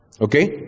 Okay